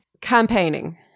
campaigning